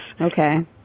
okay